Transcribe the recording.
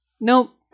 Nope